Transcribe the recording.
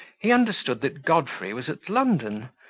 he understood that godfrey was at london,